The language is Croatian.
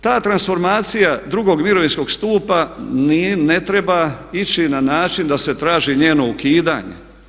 Ta transformacija drugog mirovinskog stupa ne treba ići na način da se traži njeno ukidanje.